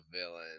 villain